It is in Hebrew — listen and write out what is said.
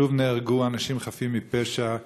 שוב נהרגו אנשים חפים מפשע,